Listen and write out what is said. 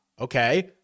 okay